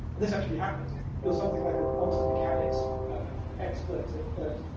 and this actually happens i think, if you're something like a quantum mechanics expert at at